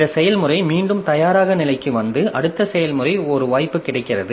இந்த செயல்முறை மீண்டும் தயாராக நிலைக்கு வந்து அடுத்த செயல்முறைக்கு ஒரு வாய்ப்பு கிடைக்கிறது